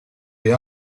the